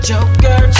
Joker